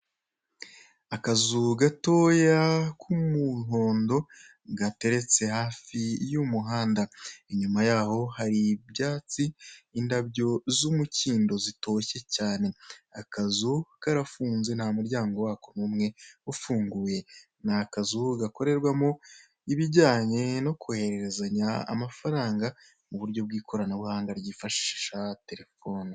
Akazu gatoya k'umuhondo gateretse hafi y'umuhanda inyuma yaho hari ibyatsi, indabyo z'umucyindo zitoshye cyane akazu karafunze nta muryango wako numwe ufugunguye, ni akazu gakorerwamo ibijyanye no kohererezanya amafaranga mu buryo bw'ikoranabuhanga ryifashisha terefone.